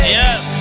yes